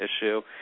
issue